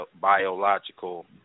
biological